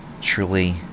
truly